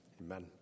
Amen